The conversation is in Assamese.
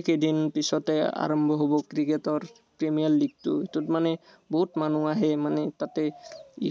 এইকেইদিন পিছতে আৰম্ভ হ'ব ক্ৰিকেটৰ প্ৰিমিয়াৰ লীগটো সেইটোত মানে বহুত মানুহ আহে মানে তাতে